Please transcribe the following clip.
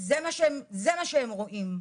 זה מה שהם רואים,